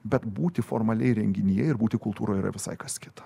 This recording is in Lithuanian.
bet būti formaliai renginyje ir būti kultūroje yra visai kas kita